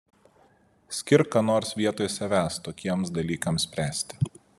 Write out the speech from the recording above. skirk ką nors vietoj savęs tokiems dalykams spręsti